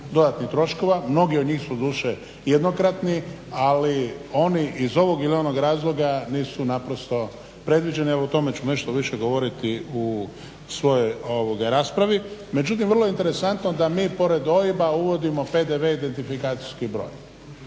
dodatnih troškova. Mnogi od njih su doduše jednokratni, ali oni iz ovog ili onog razloga nisu naprosto predviđeni. Ali o tome ću nešto više govoriti u svojoj raspravi. Međutim, vrlo je interesantno da mi pored OIB-a uvodimo PDV identifikacijski broj.